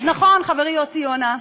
אז נכון, חברי יוסי יונה,